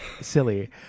silly